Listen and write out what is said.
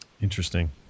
Interesting